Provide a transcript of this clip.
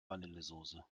vanillesoße